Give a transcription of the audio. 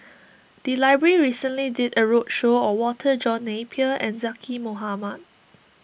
the library recently did a roadshow on Walter John Napier and Zaqy Mohamad